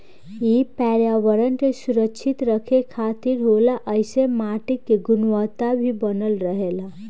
इ पर्यावरण के सुरक्षित रखे खातिर होला ऐइसे माटी के गुणवता भी बनल रहेला